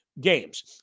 games